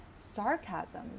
sarcasm